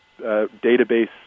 database